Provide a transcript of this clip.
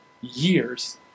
years